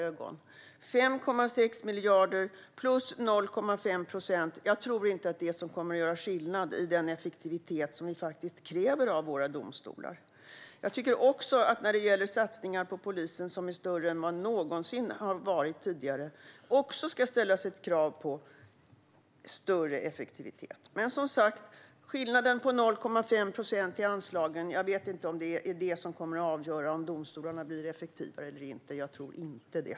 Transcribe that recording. Jag tror inte att 5,6 miljarder plus 0,5 procent är det som kommer att göra skillnad för den effektivitet som vi faktiskt kräver av domstolarna. Vad gäller satsningarna på polisen, som är större än de någonsin tidigare har varit, ska det, tycker jag, också ställas krav på större effektivitet. Men skillnaden på 0,5 procent i anslagen är som sagt kanske inte vad som kommer att vara avgörande för om domstolarna blir effektivare eller inte. Jag tror inte det.